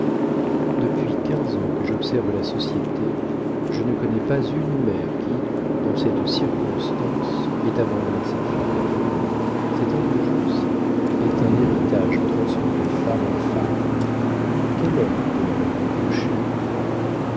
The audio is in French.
depuis quinze ans que j'observe la société je ne connais pas une mère qui dans cette circonstance ait abandonné sa fille cette indulgence est un héritage transmis de femme en femme quel homme peut la leur reprocher